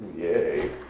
Yay